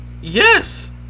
Yes